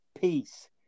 peace